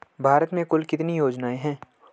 भारत में कुल कितनी योजनाएं हैं?